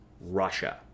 Russia